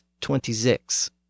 twenty-six